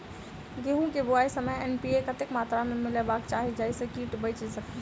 गेंहूँ केँ बुआई समय एन.पी.के कतेक मात्रा मे मिलायबाक चाहि जाहि सँ कीट सँ बचि सकी?